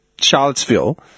Charlottesville